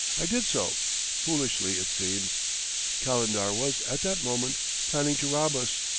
i did so foolishly, it seems calendar was at that moment planning to rob us,